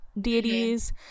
deities